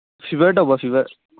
fever ꯇꯧꯕ fever